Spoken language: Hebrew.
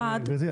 באיזה עניין?